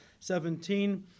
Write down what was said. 17